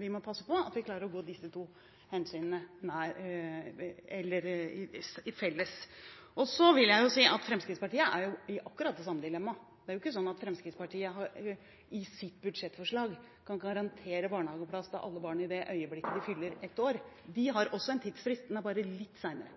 vi må passe på å ta hensyn til begge deler. Så vil jeg si at Fremskrittspartiet er i akkurat det samme dilemmaet. Det er ikke sånn at Fremskrittspartiet i sitt budsjettforslag kan garantere barnehageplass til alle barn i det øyeblikket de fyller ett år. De har også en tidsfrist, men den er bare litt